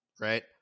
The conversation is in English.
Right